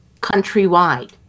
countrywide